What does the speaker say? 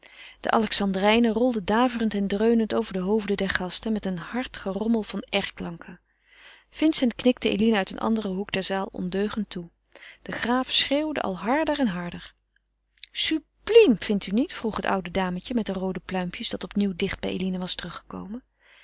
de alexandrijnen rolden daverend en dreunend over de hoofden der gasten met een hard gerommel van r klanken vincent knikte eline uit een anderen hoek der zaal ondeugend toe de graaf schreeuwde al harder en harder sublime vindt u niet vroeg het oude dametje met de roode pluimpjes dat opnieuw dicht bij eline was teruggekomen